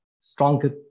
stronger